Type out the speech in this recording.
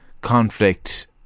conflict